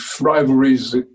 rivalries